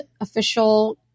official